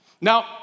Now